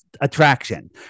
attraction